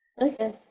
Okay